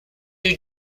new